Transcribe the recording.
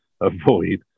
avoid